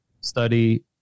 Study